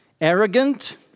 arrogant